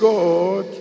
God